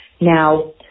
Now